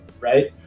right